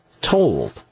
told